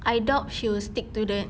I doubt she will stick to that